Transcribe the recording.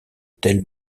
telles